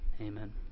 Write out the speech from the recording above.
amen